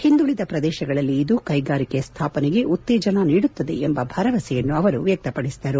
ಹಿಂದುಳಿದ ಪ್ರದೇಶಗಳಲ್ಲಿ ಇದು ಕೈಗಾರಿಕೆ ಸ್ವಾಪನೆಗೆ ಉತ್ತೇಜನ ನೀಡುತ್ತದೆ ಎಂಬ ಭರವಸೆ ವ್ಯಕ್ತಪಡಿಸಿದರು